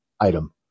item